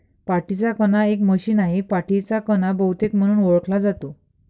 पाठीचा कणा एक मशीन आहे, पाठीचा कणा बहुतेक म्हणून ओळखला जातो